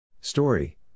Story